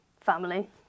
family